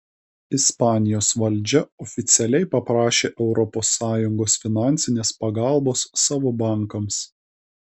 ispanijos valdžia oficialiai paprašė europos sąjungos finansinės pagalbos savo bankams